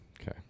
Okay